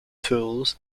tools